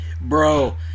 Bro